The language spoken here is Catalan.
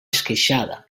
esqueixada